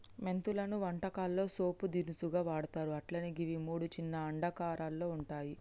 మెంతులను వంటకాల్లో పోపు దినుసుగా వాడ్తర్ అట్లనే గివి మూడు చిన్న అండాకారంలో వుంటయి